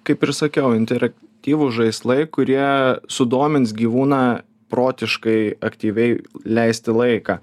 kaip ir sakiau interaktyvūs žaislai kurie sudomins gyvūną protiškai aktyviai leisti laiką